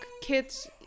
kids